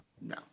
No